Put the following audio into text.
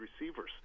receivers